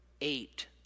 eight